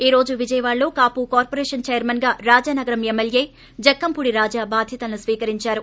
ఈ రోజు విజయవాడలో కాపు కార్పొరేషన్ చైర్మన్గా రాజానగరం ఎమ్మెల్యే జక్కంపూడి రాజా బాధ్యతలను స్కీకరించారు